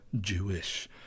Jewish